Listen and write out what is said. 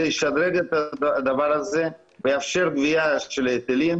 ישדרג את הדבר הזה ויאשר גבייה של ההיטלים